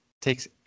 Takes